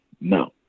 No